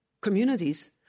communities